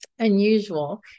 Unusual